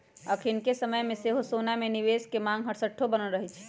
अखनिके समय में सेहो सोना में निवेश के मांग हरसठ्ठो बनल रहै छइ